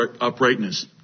uprightness